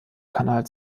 kanal